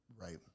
Right